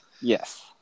Yes